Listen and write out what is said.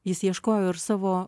jis ieškojo ir savo